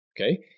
Okay